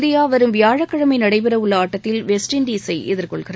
India வரும் வியாழக்கிழமை நடைபெறவுள்ள ஆட்டத்தில் வெஸ்ட் இண்டஸை எதிர்கொள்கிறது